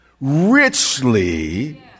richly